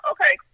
Okay